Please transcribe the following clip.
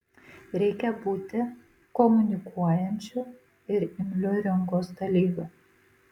reikia būti komunikuojančiu ir imliu rinkos dalyviu